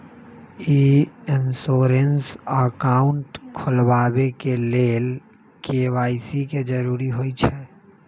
ई insurance account खोलबाबे के लेल के.वाई.सी के जरूरी होइ छै